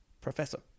professor